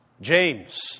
James